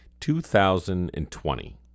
2020